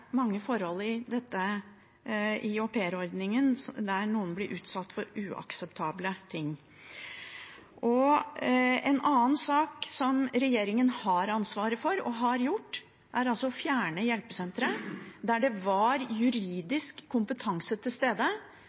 mange forhold i aupairordningen der noen blir utsatt for uakseptable ting. En annen sak som regjeringen har ansvaret for og har gjort, er å fjerne hjelpesentre der det var juridisk kompetanse til stede